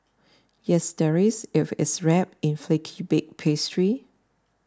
yes there is if it's wrapped in flaky baked pastry